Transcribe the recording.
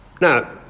Now